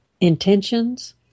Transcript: intentions